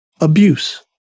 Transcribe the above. abuse